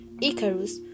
Icarus